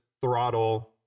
throttle